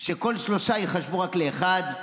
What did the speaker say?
שכל שלושה ייחשבו רק לאחד?